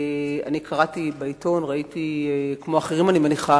קראתי בעיתון וראיתי, כמו אחרים, אני מניחה,